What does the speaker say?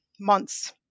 months